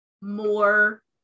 more